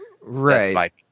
right